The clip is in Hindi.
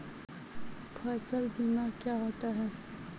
फसल बीमा क्या होता है?